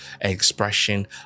expression